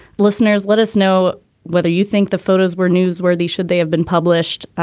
listeners let us know whether you think the photos were newsworthy should they have been published.